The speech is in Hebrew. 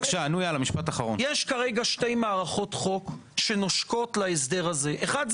יש כרגע שתי מערכות חוק שנושקות להסדר הזה: האחד,